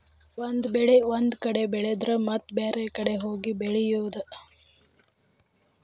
ಒಂದ ಬೆಳೆ ಒಂದ ಕಡೆ ಬೆಳೆದರ ಮತ್ತ ಬ್ಯಾರೆ ಕಡೆ ಹೋಗಿ ಬೆಳಿಯುದ